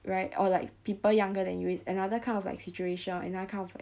right or like people younger than you is another kind of like situation or another kind of like